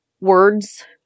words